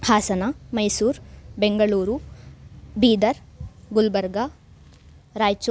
Hassan Mysore Bengaluru Bidar Gulbarga Raichur